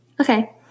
Okay